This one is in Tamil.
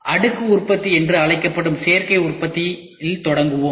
அடுக்கு உற்பத்தி என்று அழைக்கப்படும் சேர்க்கை உற்பத்தியில் தொடங்குவோம்